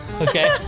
okay